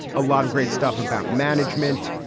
a lot of great stuff about management.